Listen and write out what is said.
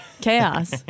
Chaos